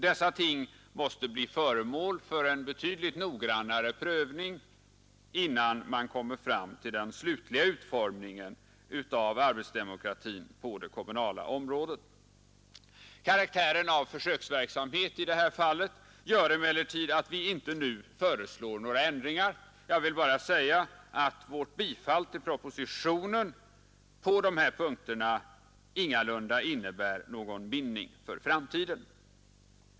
Dessa ting måste bli föremål för en betydligt noggrannare prövning innan man kommer fram till den slutliga utformningen av arbetsdemokratin på det kommunala området. Karaktären av försöksverksamhet i det här fallet gör emellertid att vi inte nu föreslår några ändringar, men jag vill påpeka att vårt bifall till propositionen på dessa punkter ingalunda innebär någon bindning för framtiden.